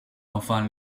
enfin